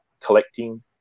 collecting